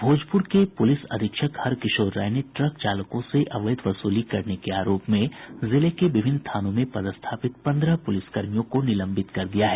भोजपुर के पुलिस अधीक्षक हरकिशोर राय ने ट्रक चालकों से अवैध वसूली करने के आरोप में जिले के विभिन्न थानों में पदस्थापित पंद्रह पुलिस कर्मियों को निलंबित कर दिया है